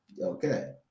Okay